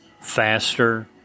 faster